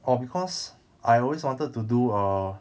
orh because I always wanted to do err